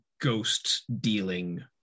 ghost-dealing